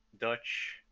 Dutch